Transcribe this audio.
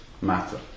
matter